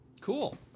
Cool